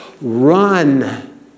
Run